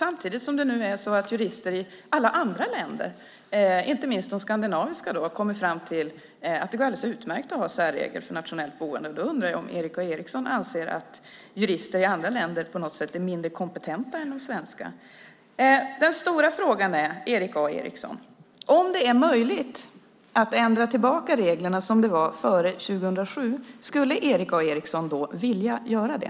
Samtidigt har jurister i alla andra länder, inte minst de skandinaviska, nu kommit fram till att det går alldeles utmärkt att ha särregler för nationellt boende. Då undrar jag om Erik A Eriksson anser att jurister i andra länder är mindre kompetenta än de svenska. Den stora frågan är, Erik A Eriksson: Om det är möjligt att ändra tillbaka till reglerna till det som gällde före 2007, skulle Erik A Eriksson då vilja göra det?